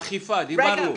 אכיפה, דיברנו.